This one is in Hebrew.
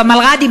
במלר"דים,